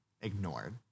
ignored